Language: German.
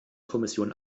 kommission